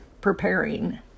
preparing